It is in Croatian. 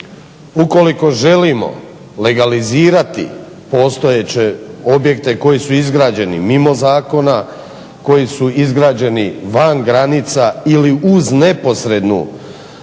ukoliko želimo legalizirati postojeće objekte koji su izgrađeni mimo zakona, koji su izgrađeni van granica ili uz neposrednu blizinu